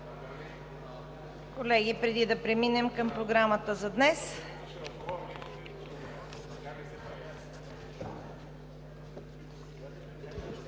Колеги, преди да преминем към Програмата за днес